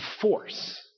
force